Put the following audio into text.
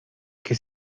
que